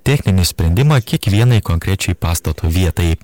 techninį sprendimą kiekvienai konkrečiai pastato vietai